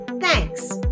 Thanks